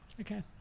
Okay